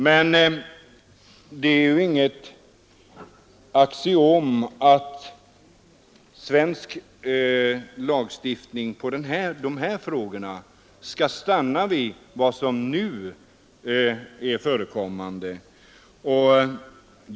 Men det är ju inget axiom att svensk lagstiftning i dessa frågor skall stanna vid vad som nu gäller.